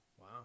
Wow